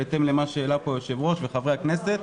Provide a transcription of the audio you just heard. בהתאם למה שהעלה פה היושב-ראש וחברי הכנסת,